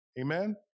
amen